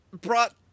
brought